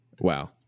Wow